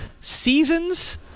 seasons